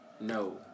No